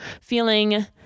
feeling